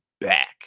back